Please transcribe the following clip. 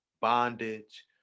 bondage